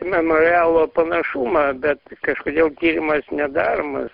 memorialo panašumą bet kažkodėl tyrimas nedaromas